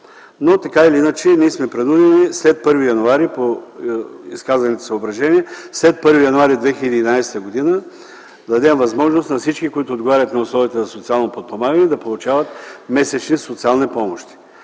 Но, така или иначе, ние сме принудени след 1 януари 2011 г., по изказаните съображения, да дадем възможност на всички, които отговарят на условията за социално подпомагане, да получават месечни социални помощи.